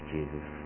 Jesus